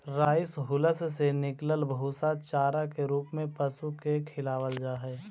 rice हुलस से निकलल भूसा चारा के रूप में पशु के खिलावल जा हई